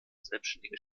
selbständige